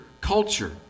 culture